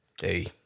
hey